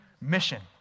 mission